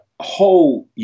whole